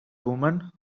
woman